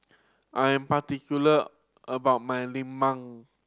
I am particular about my lemang